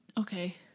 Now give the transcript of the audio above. okay